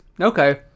Okay